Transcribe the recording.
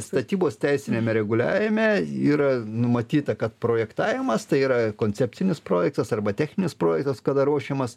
statybos teisiniame reguliavime yra numatyta kad projektavimas tai yra koncepcinis projektas arba techninis projektas kada ruošiamas